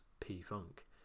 P-Funk